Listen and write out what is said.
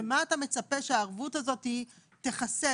ומה אתה מצפה שהערבות הזאת תכסה?